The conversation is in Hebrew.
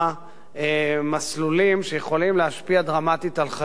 מסלולים שיכולים להשפיע דרמטית על חיינו.